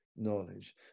knowledge